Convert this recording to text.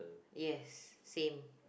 yes same